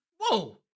whoa